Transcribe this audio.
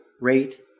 rate